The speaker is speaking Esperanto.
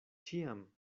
ĉiam